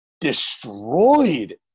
destroyed